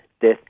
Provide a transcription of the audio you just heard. death